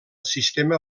sistema